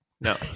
No